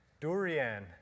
Durian